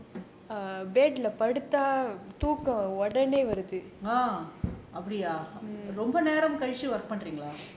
அப்டியா ரொம்ப நேரம் கழிச்சு:apdiyaa romba neram kalichu work பண்றிங்கள:pandringala